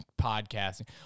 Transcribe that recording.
podcasting